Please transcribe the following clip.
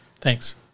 Thanks